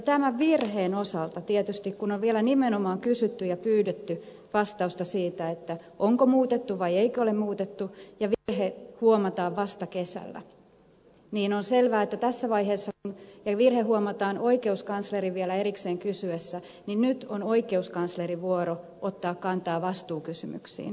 tämän virheen osalta tietysti kun on vielä nimenomaan kysytty ja pyydetty vastausta siihen onko muutettu vai eikö ole muutettu ja virhe huomataan vasta kesällä on selvää että tässä vaiheessa kun virhe huomataan oikeuskanslerin vielä erikseen kysyessä on oikeuskanslerin vuoro ottaa kantaa vastuukysymyksiin